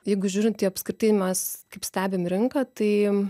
jeigu žiūrint į apskritai mes kaip stebim rinką tai